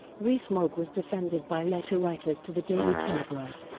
rees-mogg was defended by letter writers to the daily telegraph,